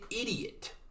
idiot